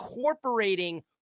incorporating